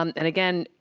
um and again,